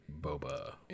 Boba